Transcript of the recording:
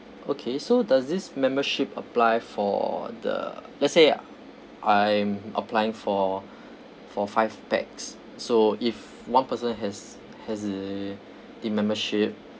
okay so does this membership apply for the let's say I'm applying for for five pax so if one person has has the membership